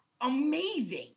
amazing